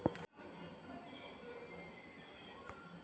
Check book ಖಾಲಿ ಯಾಗಿದೆ, ಹೊಸ ಚೆಕ್ ಬುಕ್ ಸಿಗಲು ಎಷ್ಟು ಸಮಯ ಬೇಕು?